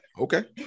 Okay